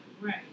right